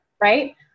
right